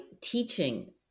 teaching